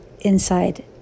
inside